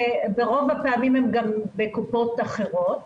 שברוב הפעמים הם גם בקופות אחרות,